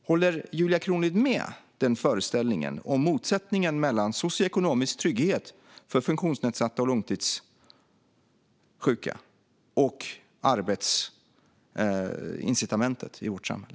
Håller Julia Kronlid med om den föreställningen - om motsättningen mellan socioekonomisk trygghet för funktionsnedsatta och långtidssjuka och arbetsincitamentet i vårt samhälle?